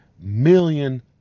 million